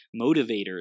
motivators